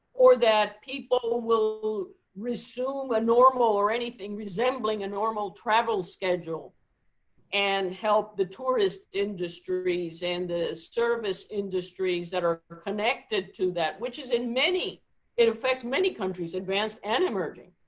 or that people will resume a normal, or anything resembling a normal travel schedule and help the tourist industries and the service industries that are connected to that, which is in many it affects many countries, advanced and emerging.